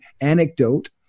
anecdote